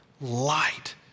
light